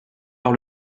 par